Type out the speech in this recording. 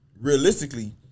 realistically